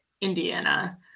Indiana